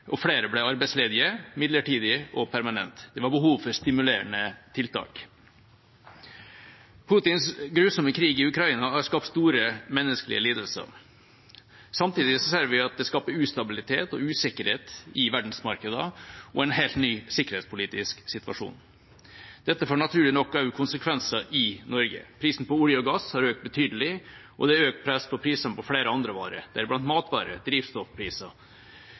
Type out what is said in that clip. og flere ble arbeidsledige, midlertidig og permanent. Det var behov for stimulerende tiltak. Putins grusomme krig i Ukraina har skapt store menneskelige lidelser. Samtidig ser vi at den skaper ustabilitet og usikkerhet i verdensmarkeder og en helt ny sikkerhetspolitisk situasjon. Dette får naturlig nok også konsekvenser i Norge. Prisen på olje og gass har økt betydelig, og det er økt press på prisene på flere andre varer,